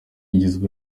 igizwe